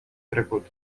trecut